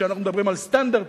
כשאנחנו מדברים על סטנדרטים,